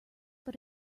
but